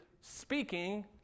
speaking